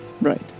Right